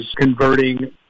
converting